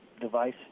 device